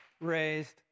Raised